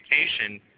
education